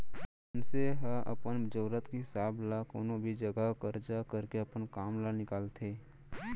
मनसे ह अपन जरूरत के हिसाब ल कोनो भी जघा करजा करके अपन काम ल निकालथे